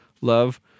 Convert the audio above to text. love